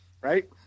right